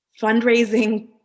fundraising